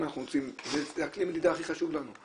זה כלי המדידה הכי חשוב לנו.